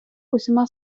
усіма